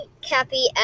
Cappy